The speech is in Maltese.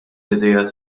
idea